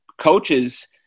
coaches